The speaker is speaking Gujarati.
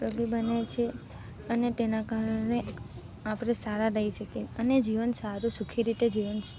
ઉપયોગી બને છે અને તેના કારણે આપણે સારા રહી શકીએ અને જીવન સારું સુખી રીતે જીવન